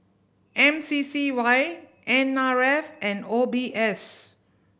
M C C Y N R F and O B S